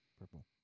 Purple